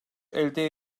elde